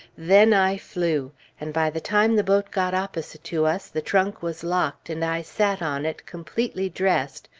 then i flew and by the time the boat got opposite to us, the trunk was locked, and i sat on it, completely dressed,